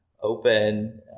open